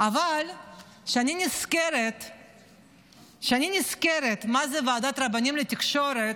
אבל כשאני נזכרת מה זה ועדת רבנים לתקשורת,